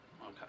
Okay